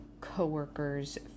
coworkers